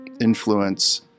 influence